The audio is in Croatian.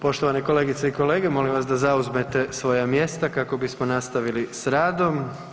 Poštovane kolegice i kolege, molim vas da zauzmete svoja mjesta kako bismo nastavili s radom.